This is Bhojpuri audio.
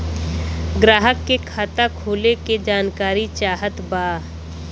ग्राहक के खाता खोले के जानकारी चाहत बा?